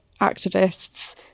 activists